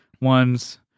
ones